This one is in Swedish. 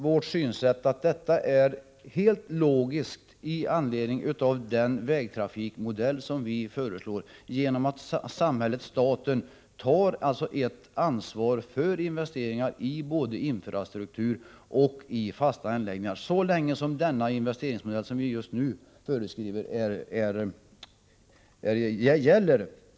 Vårt synsätt är att detta är helt logiskt med anledning av den vägtrafikmodell som vi föreslår, dvs. att samhället, staten, tar ett ansvar för investeringar i både infrastruktur och fasta anläggningar så länge den investeringsmodell som vi just nu föreskriver gäller.